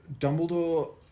Dumbledore